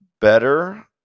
better